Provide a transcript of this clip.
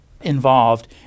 involved